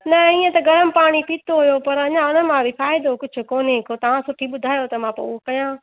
न ईअं त गरम पाणी पीतो हुयो पर अञा उन मां बि फ़ाइदो कुझु कोन्हे को तव्हां सुठी ॿुधायो त मां पोइ उहो कयां